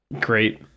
Great